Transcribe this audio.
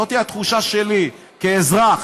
זאת התחושה שלי, כאזרח.